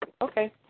Okay